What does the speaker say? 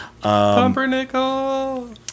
Pumpernickel